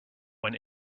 when